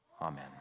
Amen